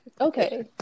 okay